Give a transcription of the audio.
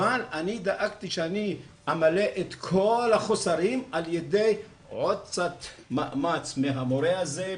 אבל אני דאגתי שאני אמלא את כל החוסרים על ידי עוד קצת מאמץ מהמורה הזה,